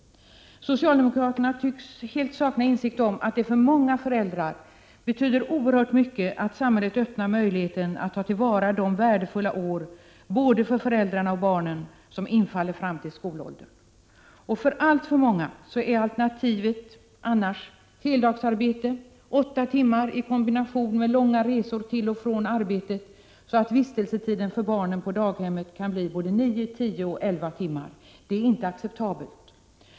Socialdemokraterna tycks helt sakna insikt om att det för många föräldrar betyder oerhört mycket att samhället öppnar möjlighet att ta till vara de värdefulla år, både för föräldrarna och barnen, som infaller fram till skolåldern. För alltför många är alternativet annars heldagsarbete, åtta timmar, i kombination med långa resor till och från arbetet, så att vistelsetiden för barnet på daghemmet kan bli nio, tio och elva timmar. Det är inte acceptabelt.